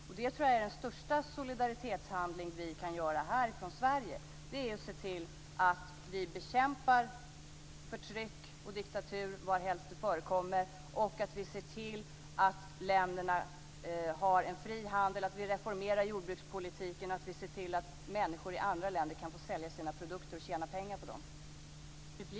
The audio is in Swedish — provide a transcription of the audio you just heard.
Jag tror att den största solidaritetshandling vi kan göra här från Sverige är att bekämpa förtryck och diktatur varhelst de förekommer, att se till att länderna har en fri handel, att reformera jordbrukspolitiken och att se till att människor i andra länder kan få sälja sina produkter och tjäna pengar på dem.